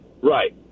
right